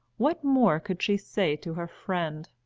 what more could she say to her friend?